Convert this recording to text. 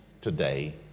today